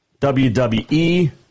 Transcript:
WWE